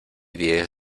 diez